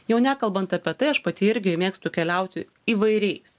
jau nekalbant apie tai aš pati irgi mėgstu keliauti įvairiais